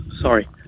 Sorry